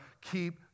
keep